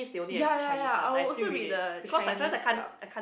ya ya ya I'll also read the Chinese sub